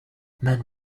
man